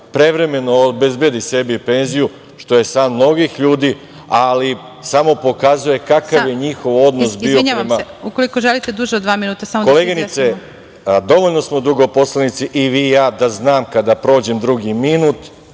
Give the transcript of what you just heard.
prevremeno obezbedi sebi penziju što je san mnogih ljudi, ali samo pokazuje kakav je njihov odnos… **Elvira Kovač** Izvinjavam se, ukoliko želite duže od dva minuta … **Veroljub Arsić** Koleginice, dovoljno smo dugo poslanici i vi i ja, da znam da kada prođe drugi minut,